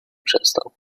przestał